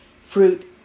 fruit